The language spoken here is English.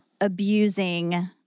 abusing